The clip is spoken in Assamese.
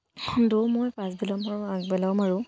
দৌৰ মই পাছবেলাও মাৰোঁ আগবেলাও মাৰোঁ